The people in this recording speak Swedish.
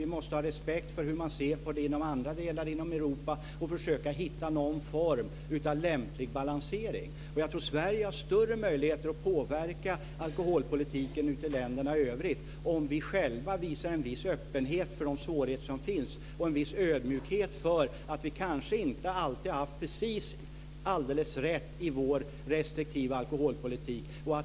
Vi måste ha respekt för hur man ser på det inom andra delar av Europa och försöka hitta någon form av lämplig balansering. Jag tror att Sverige har större möjligheter att påverka alkoholpolitiken i länderna i övrigt om vi själva visar en viss öppenhet för de svårigheter som finns och en viss ödmjukhet för att vi kanske inte alltid har haft precis alldeles rätt i vår restriktiva alkoholpolitik.